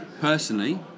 Personally